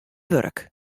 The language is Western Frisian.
wurk